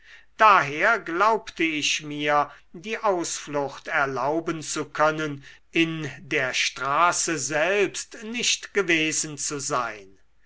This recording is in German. daher glaubte ich mir die ausflucht erlauben zu können in der straße selbst nicht gewesen zu sein